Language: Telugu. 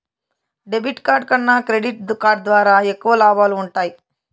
డెబిట్ కార్డ్ కన్నా క్రెడిట్ కార్డ్ ద్వారా ఎక్కువ లాబాలు వుంటయ్యి